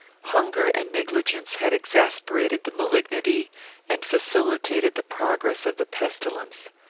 hunger and negligence had exasperated the malignity and facilitated the progress of the pestilence.